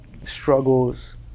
struggles